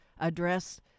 address